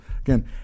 again